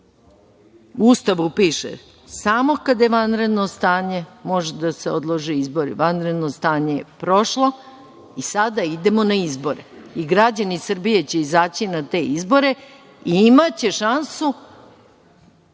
Ustavu piše – samo kada je vanredno stanje mogu da se odlože izbore. Vanredno stanje je prošlo i sada idemo na izbore i građani Srbije će izaći na te izbore i imaće šansu